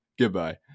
Goodbye